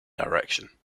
direction